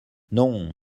non